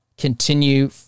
continue